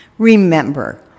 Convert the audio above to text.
Remember